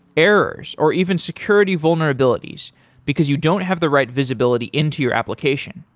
errors, or even security vulnerabilities because you don't have the right visibility into your application?